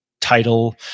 title